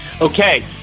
Okay